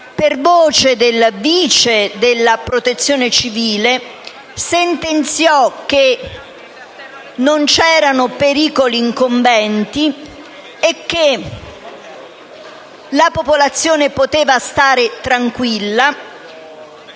per voce del vice capo della Protezione civile sentenziò che non c'erano pericoli incombenti, che la popolazione poteva stare tranquilla